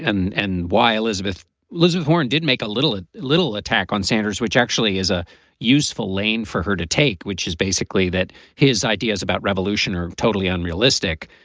and and why elizabeth elizabeth warren did make a little little attack on sanders, which actually is a useful lane for her to take, which is basically that his ideas about revolution are totally unrealistic.